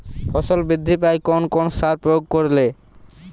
ফসল বৃদ্ধি পায় কোন কোন সার প্রয়োগ করলে?